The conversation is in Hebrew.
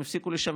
הם הפסיקו לשווק.